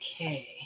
Okay